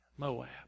Moab